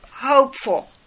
hopeful